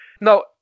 now